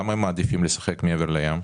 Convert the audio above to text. למה הם מעדיפים לשחק מעבר לים?